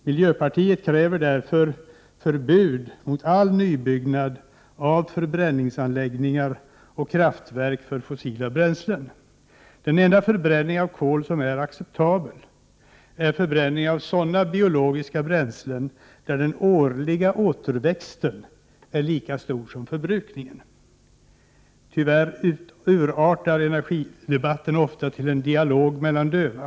Miljöpartiet kräver förbud mot all nybyggnad av förbränningsanläggningar och kraftverk för fossila bränslen. Den enda förbränning av kol som är acceptabel är förbränning av sådana biologiska bränslen där den årliga återväxten är lika stor som förbrukningen. Tyvärr urartar energidebatten ofta till en dialog mellan döva.